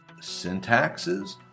syntaxes